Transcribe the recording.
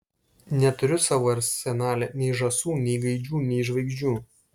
neturiu savo arsenale nei žąsų nei gaidžių nei žvaigždžių